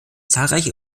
zahlreiche